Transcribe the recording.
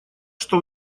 что